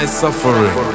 suffering